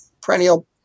perennial